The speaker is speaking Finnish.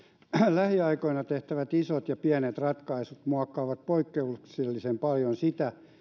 lähiaikoina tehtävät isot ja pienet ratkaisut muokkaavat poikkeuksellisen paljon sitä